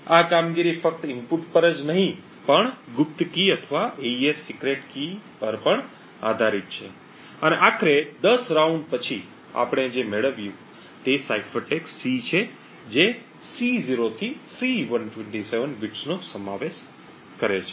આ કામગીરી ફક્ત ઇનપુટ પર જ નહીં પણ ગુપ્ત કી અથવા એઇએસ સિક્રેટ કી પર પણ આધારીત છે અને આખરે 10 રાઉન્ડ પછી આપણે જે મેળવ્યું તે સાઇફર ટેક્સ્ટ C છે જે C0 થી C127 બીટ્સનો સમાવેશ કરે છે